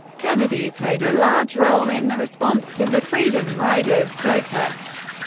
kennedy played a large role in the response to the freedom riders protests.